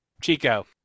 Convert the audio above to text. Chico